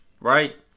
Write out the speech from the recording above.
Right